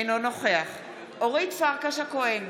אינו נוכח אורית פרקש הכהן,